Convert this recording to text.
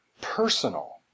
personal